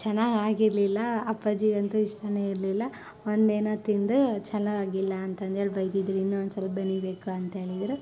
ಚೆನ್ನಾಗಿ ಆಗಿರಲಿಲ್ಲ ಅಪ್ಪಾಜಿಗಂತೂ ಇಷ್ಟವೇ ಇರಲಿಲ್ಲ ಒಂದು ಏನೋ ತಿಂದು ಛಲೋ ಆಗಿಲ್ಲ ಅಂತಂದೇಳಿ ಬೈದಿದ್ದರು ಇನ್ನೂ ಒಂದು ಸ್ವಲ್ಪ ಬೆನಿಬೇಕ ಅಂಥೇಳಿದ್ರು